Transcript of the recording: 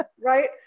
right